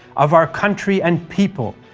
of our country and people,